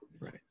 right